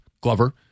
Glover